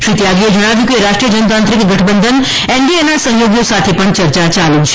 શ્રી ત્યાગીએ જણાવ્યુ કે રાષ્ટ્રીય જનતાંત્રિક ગઠબંધન એનડીએના સહયોગીઓ સાથે પણ પર્ચા ચાલુ છે